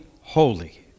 holy